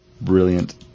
Brilliant